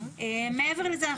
מעבר לזה,